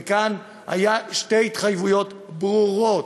וכאן היו שתי התחייבויות ברורות,